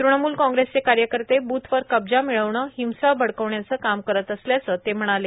तुणमुल कांग्रेसचे कार्यकर्ते बुथवर कब्जा मिळवणे हिंसा भडकवण्याचं काम करत असल्याचं ते म्हणाले